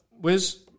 Wiz